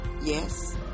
yes